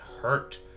hurt